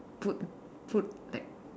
put put like